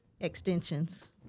extensions